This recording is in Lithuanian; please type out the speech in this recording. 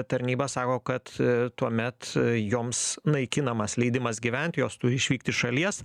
tarnyba sako kad tuomet joms naikinamas leidimas gyvent jos turi išvykti iš šalies